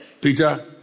Peter